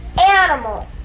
animal